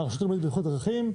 מהרשות הלאומית לבטיחות בדרכים,